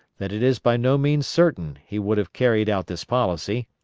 that it is by no means certain he would have carried out this policy,